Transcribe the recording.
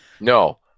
No